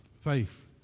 faith